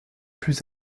plus